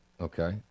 okay